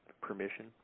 permission